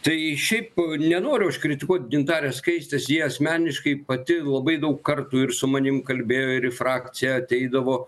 tai šiaip nenoriu aš kritikuot gintarės skaistės ji asmeniškai pati labai daug kartų ir su manim kalbėjo ir į frakciją ateidavo